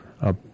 up